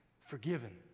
Forgiven